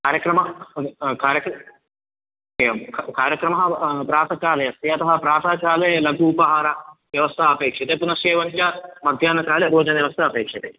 कार्यक्रमः कार्यक् एवं कार्यक्रमः प्रातःकाले अस्ति अतः प्रातःकाले लघु उपाहारव्यवस्था अपेक्ष्यते पुनश्च एवं च मध्याह्नकाले भोजनव्यवस्था अपेक्ष्यते